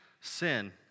sin